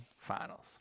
Finals